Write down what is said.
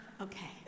okay